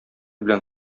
белән